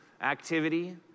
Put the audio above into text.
activity